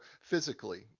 physically